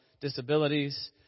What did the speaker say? disabilities